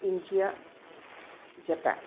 India Japan